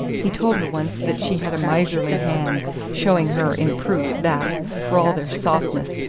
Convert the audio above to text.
he told her once that she had a miserly hand showing her, in proof, that, for all their softness,